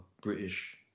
British